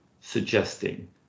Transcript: suggesting